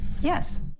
Yes